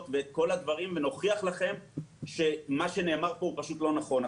ואת כל הדברים ונוכיח לכם שמה שנאמר פה פשוט לא נכון.